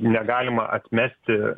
negalima atmesti